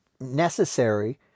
necessary